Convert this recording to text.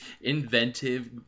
inventive